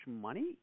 money